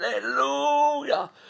Hallelujah